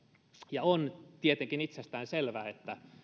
ja on tietenkin itsestään selvää että